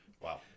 Wow